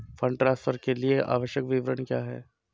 Fund transfer के लिए आवश्यक विवरण क्या हैं?